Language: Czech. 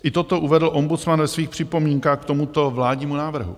I toto uvedl ombudsman ve svých připomínkách k tomuto vládnímu návrhu.